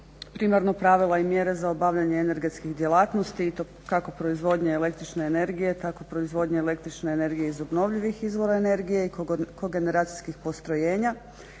primarno pravila i mjere za obavljanje energetskih djelatnosti i to kako proizvodnje električne energije tako proizvodnje električne energije iz obnovljivih izvora energije i kogeneracijskih postrojenja,